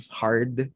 hard